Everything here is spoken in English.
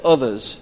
others